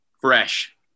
fresh